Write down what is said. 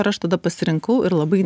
ir aš tada pasirinkau ir labai